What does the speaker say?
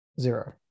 Zero